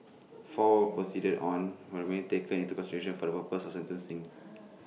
four were proceeded on when main taken into consideration for the purposes of sentencing